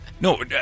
No